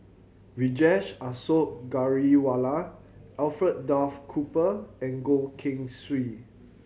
Vijesh Ashok Ghariwala Alfred Duff Cooper and Goh Keng Swee